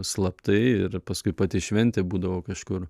slaptai ir paskui pati šventė būdavo kažkur